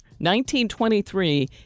1923